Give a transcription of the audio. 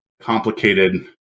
complicated